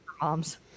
Moms